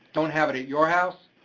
don't have it at your house.